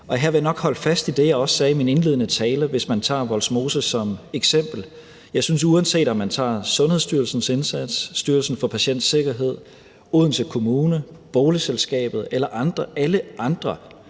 jeg nok holde fast i det, som jeg også sagde i min indledende tale, hvis man tager Vollsmose som eksempel. Uanset om man tager Sundhedsstyrelsens indsats, Styrelsen for Patientsikkerheds indsats, Odense Kommunes indsats, boligselskabets indsats eller alle andre,